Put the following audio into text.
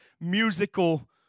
musical